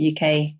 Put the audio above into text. UK